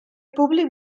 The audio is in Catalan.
públic